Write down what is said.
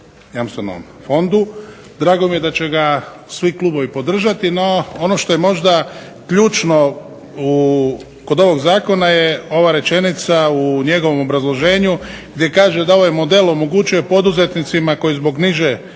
Jamstvenom fondu. Drago mi je da će ga svi klubovi podržati, no ono što je možda ključno kod ovog zakona je ova rečenica u njegovom obrazloženju gdje kaže da ovaj model omogućuje poduzetnicima koji zbog niže